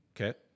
Okay